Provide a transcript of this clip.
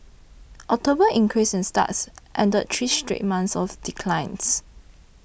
October's increase in starts ended three straight months of declines